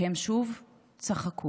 והם שוב צחקו.